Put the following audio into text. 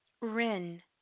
Rin